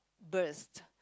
burst